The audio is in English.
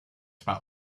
about